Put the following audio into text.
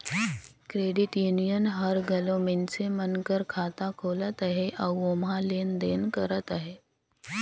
credit union हर घलो मइनसे मन कर खाता खोलत अहे अउ ओम्हां लेन देन करत अहे